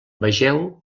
vegeu